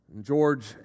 George